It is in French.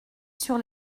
sur